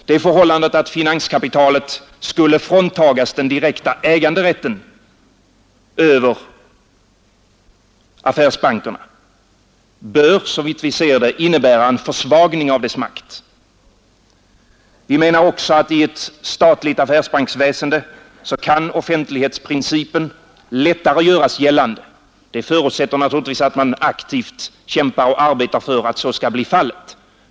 Det förhållandet att finanskapitalet skulle fråntagas den direkta äganderätten över affärsbankerna bör, såvitt vi ser det, innebära en försvagning av dess makt. Vi menar också att i ett statligt affärsbanksväsende kan offentlighetsprincipen lättare göras gällande. Det förutsätter naturligtvis att man aktivt kämpar och arbetar för att så skall bli fallet.